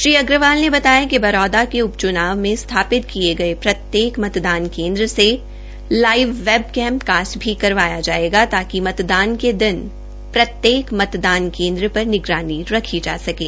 श्री अग्रवाल ने बताया कि बरौदा के उप च्नाव में स्थापित किए गए प्रत्येक मतदान केन्द्र से लाइव वेब कैम कास्ट को भी करवाया जाएगा ताकि मतदान के दिन प्रत्येक मतदान केन्द्र पर निगरानी रखी जा सकें